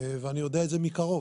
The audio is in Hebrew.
ואני יודע את זה מקרוב,